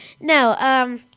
No